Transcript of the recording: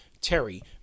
Terry